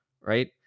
right